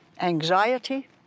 anxiety